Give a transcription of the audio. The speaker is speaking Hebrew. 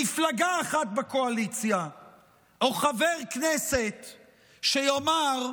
מפלגה אחת בקואליציה או חבר כנסת שיאמר: